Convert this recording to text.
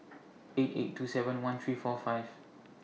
eight eight two seven one three four five